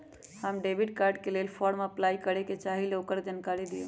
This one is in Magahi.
हम डेबिट कार्ड के लेल फॉर्म अपलाई करे के चाहीं ल ओकर जानकारी दीउ?